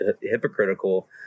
hypocritical